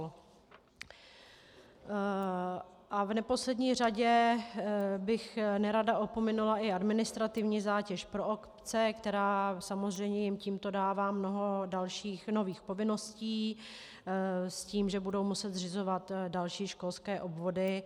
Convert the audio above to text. V neposlední řadě bych nerada opominula i administrativní zátěž pro obce, která samozřejmě jim tímto dává mnoho dalších nových povinností s tím, že budou muset zřizovat další školské obvody.